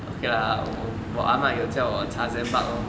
okay lah 我阿嫲有叫我搽 Zambuk lor